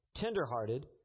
tenderhearted